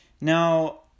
Now